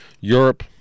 europe